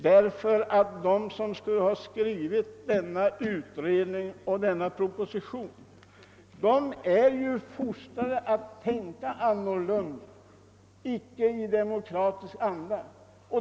Det beror på att de som skrivit denna utredning och denna proposition är fostrade i allt utom i demokratisk anda.